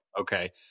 Okay